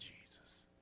Jesus